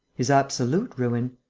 his absolute ruin.